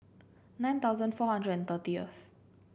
nine thousand four hundred and thirtieth